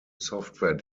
software